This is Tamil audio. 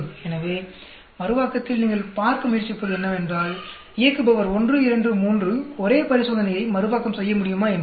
எனவே மறுவாக்கத்தில் நீங்கள் பார்க்க முயற்சிப்பது என்னவென்றால் இயக்குபவர் 1 2 3 ஒரே பரிசோதனையை மறுவாக்கம் செய்ய முடியுமா என்பதை